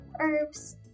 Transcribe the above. herbs